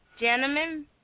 gentlemen